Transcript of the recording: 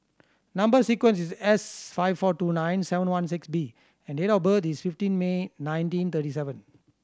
number sequence is S five four two nine seven one six B and date of birth is fifteen May nineteen thirty seven